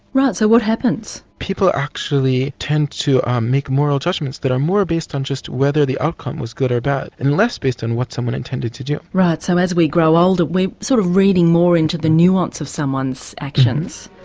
right, so what happens? people actually tend to make moral judgments that are more based on just whether the outcome was good or bad and less based on what someone intended to do. right, so as we grow older we are sort of reading more into the nuance of someone's actions?